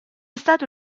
stato